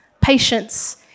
patience